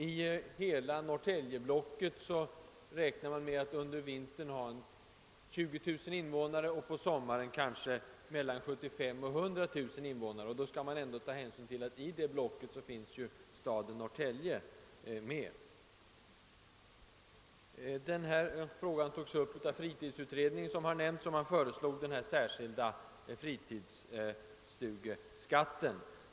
I hela norrtäljeblocket finns det under vintern 20000 invånare, men på sommaren räknar man med 75 000— 100 000 invånare. Då får man ändå komma ihåg att i blocket ingår staden Norrtälje. Denna fråga har som nämnts tagits upp av fritidsutredningen, som föreslog en särskild fritidsstugeskatt.